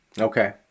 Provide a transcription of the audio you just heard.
Okay